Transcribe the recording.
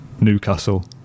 Newcastle